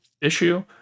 issue